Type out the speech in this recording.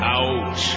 out